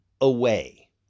away